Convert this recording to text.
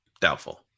doubtful